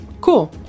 Cool